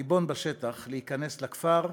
הריבון בשטח, להיכנס לכפר,